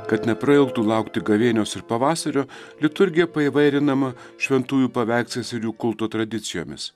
kad neprailgtų laukti gavėnios ir pavasario liturgija paįvairinama šventųjų paveikslais ir jų kulto tradicijomis